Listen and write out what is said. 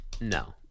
No